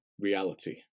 reality